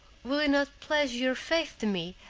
will you not pledge your faith to me,